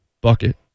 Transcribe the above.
Bucket